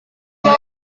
mau